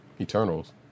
Eternals